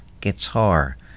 guitar